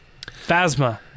Phasma